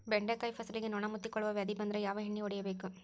ಬೆಂಡೆಕಾಯ ಫಸಲಿಗೆ ನೊಣ ಮುತ್ತಿಕೊಳ್ಳುವ ವ್ಯಾಧಿ ಬಂದ್ರ ಯಾವ ಎಣ್ಣಿ ಹೊಡಿಯಬೇಕು?